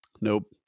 Nope